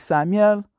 Samuel